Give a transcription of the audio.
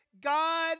God